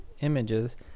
images